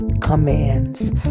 commands